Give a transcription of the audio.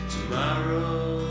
Tomorrow